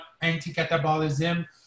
anti-catabolism